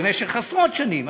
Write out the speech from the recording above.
במשך עשרות שנים,